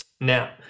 Now